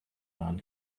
man